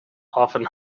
often